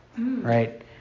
right